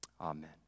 Amen